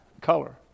Color